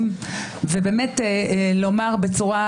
הוא יכול לאפשר,